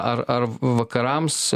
ar ar vakarams